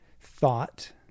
thought